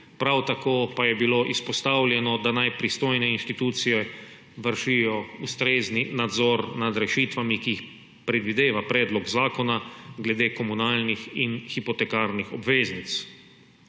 prav tako pa je bilo izpostavljeno, da naj pristojne institucije vršijo ustrezni nadzor nad rešitvami, ki jih predvideva predlog zakona glede komunalnih in hipotekarnih obveznic.